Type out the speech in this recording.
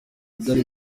byari